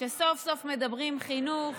שסוף-סוף מדברים חינוך,